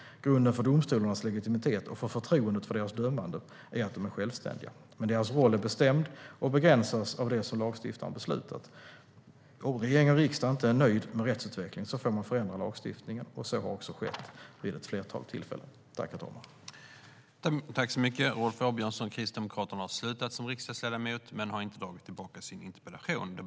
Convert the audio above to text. Grunden för domstolarnas legitimitet och för förtroendet för deras dömande är att de är självständiga. Men deras roll är bestämd och begränsas av det som lagstiftaren beslutat. Om regering och riksdag inte är nöjd med rättsutvecklingen får man förändra lagstiftningen. Så har också skett vid ett flertal tillfällen. Då Rolf Åbjörnssons uppdrag som ersättare för riksdagsledamot hade upphört, och han därmed inte kunde ta emot interpellationssvaret, förklarade förste vice talmannen överläggningen avslutad.